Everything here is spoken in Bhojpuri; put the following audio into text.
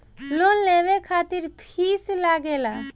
लोन लेवे खातिर फीस लागेला?